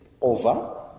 over